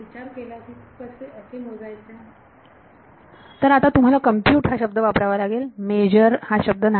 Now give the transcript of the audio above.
विद्यार्थी विचार केला कि असे मोजायचे तर आता तुम्हाला कम्प्युट हा शब्द वापरावा लागेल मेजर हा शब्द नाही